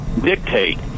dictate